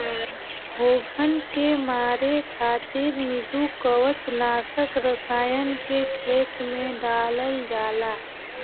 घोंघन के मारे खातिर मृदुकवच नाशक रसायन के खेत में डालल जाला